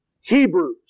Hebrews